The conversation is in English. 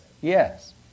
Yes